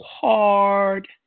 hard